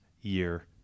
year